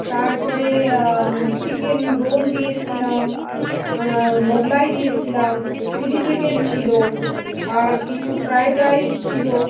তারপরে chicken roll দিয়েছিলাম মোগলাই দিয়েছিলাম চিলি চিকেন ছিল আর কিছু ফ্রাইড রাইস ছিল